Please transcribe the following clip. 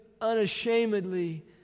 unashamedly